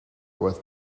with